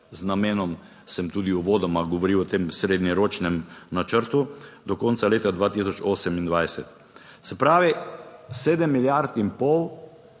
z namenom sem tudi uvodoma govoril o tem srednjeročnem načrtu, do konca leta 2028. Se pravi sedem milijard in pol,